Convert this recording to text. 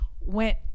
went